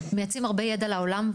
מייצאים הרבה ידע לעולם,